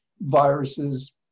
viruses